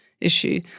issue